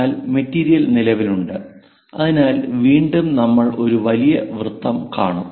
എന്നാൽ മെറ്റീരിയൽ നിലവിലുണ്ട് അതിനാൽ വീണ്ടും നമ്മൾ ഒരു വലിയ വൃത്തം കാണും